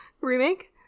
remake